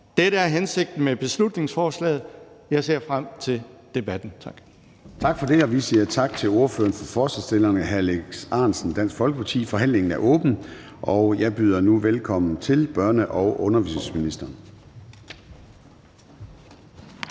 Dette er hensigten med beslutningsforslaget, og jeg ser frem til debatten. Tak.